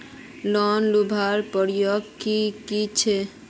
Loan लुबार प्रक्रिया की की छे?